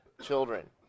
children